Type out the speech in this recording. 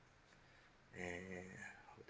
and yeah